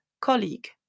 colleague